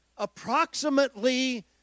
approximately